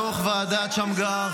דוח ועדת שמגר,